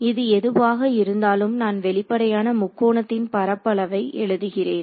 இது எதுவாக இருந்தாலும் நான் வெளிப்படையான முக்கோணத்தின் பரப்பளவை எழுதுகிறேன்